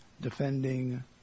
defending